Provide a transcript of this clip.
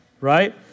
right